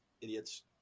Idiots